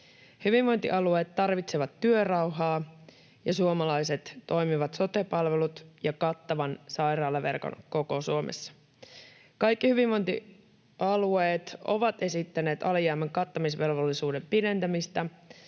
Hyvinvointialueet tarvitsevat työrauhaa ja suomalaiset toimivat sote-palvelut ja kattavan sairaalaverkon koko Suomessa. Kaikki hyvinvointialueet ovat esittäneet alijäämän kattamisvelvollisuuden pidentämistä.